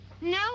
No